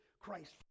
Christ